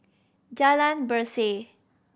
Jalan Berseh